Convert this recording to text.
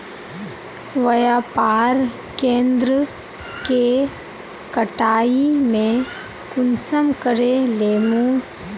व्यापार केन्द्र के कटाई में कुंसम करे लेमु?